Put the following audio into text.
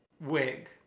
wig